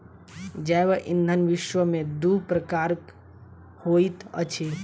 जैव ईंधन विश्व में दू प्रकारक होइत अछि